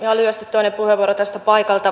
ihan lyhyesti toinen puheenvuoro tästä paikalta